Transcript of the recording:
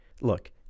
Look